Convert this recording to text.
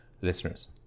listeners